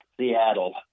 Seattle